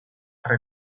tra